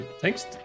thanks